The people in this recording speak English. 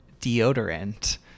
deodorant